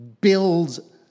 build